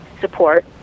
support